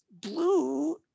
Blue